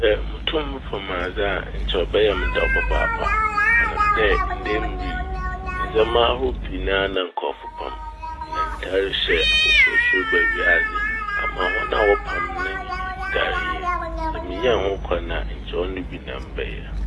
Sɛ mutum mepam adze a nkyɛ ɔbɛyɛ me dɛw papaapa. Ɔnam dɛ ndɛ ber yi ndzɛma ahorow pii na nkorɔfo pam na ntarhyɛ afofor so reba wiadze ama hɔn a wɔpam ne renya sika yie. Sɛ minyaa ho kwan a nkyɛ ɔno bi na mebɛyɛ.